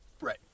Right